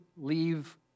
leave